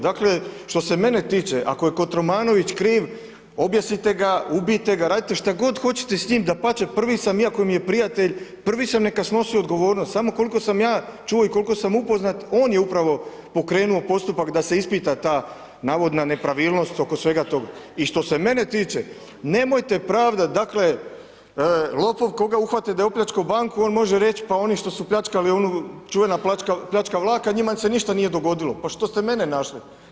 Dakle, što se mene tiče, ako je Kotromanović kriv, objesite ga, ubijte ga, radite šta god hoćete s njim, dapače, prvi sam, iako mi je prijatelj, prvi sam nekad snosio odgovornost, samo koliko sam ja čuo i koliko sam upoznat, on je upravo pokrenuo postupak da se ispita ta navodna nepravilnost oko svega toga i što se mene tiče, nemojte pravdat, dakle, lopov koga uhvati da je opljačkao banku, on može reć, pa oni što su pljačkali onu, čuvena pljačka vlaka, njima se ništa nije dogodilo, pa što ste mene našli.